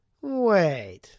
Wait